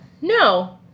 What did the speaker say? No